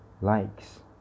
likes